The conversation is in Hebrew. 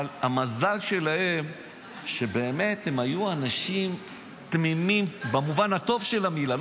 אבל המזל שלהם שהם באמת היו אנשים תמימים במובן הטוב של המילה.